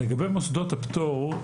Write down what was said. לגבי מוסדות הפטור,